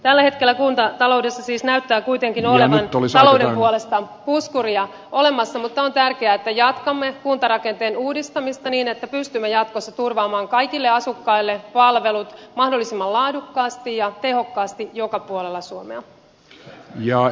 tällä hetkellä kuntataloudessa siis näyttää kuitenkin olevan talouden puolesta puskuria olemassa mutta on tärkeää että jatkamme kuntarakenteen uudistamista niin että pystymme jatkossa turvaamaan kaikille asukkaille palvelut mahdollisimman laadukkaasti ja tehokkaasti joka puolella suomea